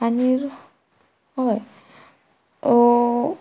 आनीर होय